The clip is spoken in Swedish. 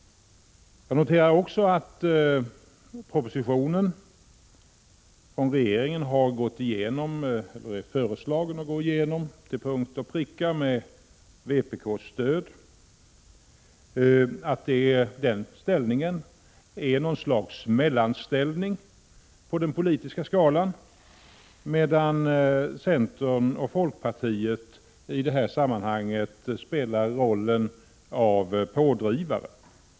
Jag noterar också att regeringen, om propositionens förslag går igenom till punkt och pricka med vpk:s stöd, intar något slags mellanställning på den politiska skalan, medan centern och folkpartiet i det här sammanhanget spelar rollen av pådrivare.